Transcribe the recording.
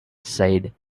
said